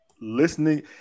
listening